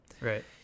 right